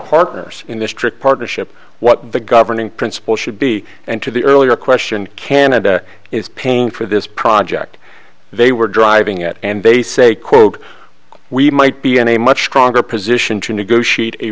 partners in this trip partnership what the governing principle should be and to the earlier question canada is paying for this project they were driving at and they say quote we might be in a much stronger position to negotiate a